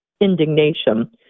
indignation